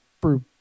brew